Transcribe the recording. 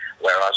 whereas